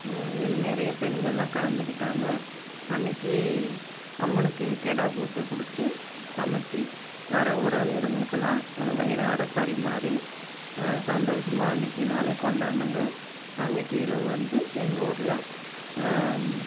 இதில் நிறைய பெண்கள்லாம் கலந்துக்கிட்டாங்க அன்றைக்கி அம்மனுக்கு கிடா பூஜை கொடுத்து சமைச்சு வர உறவினர்ங்களுக்கெலாம் வயிறார பரிமாறி சந்தோஷமா அன்றைக்கி நாளை கொண்டாடினேங்க அன்றைக்கி இரவு வந்து எங்கள் ஊரில்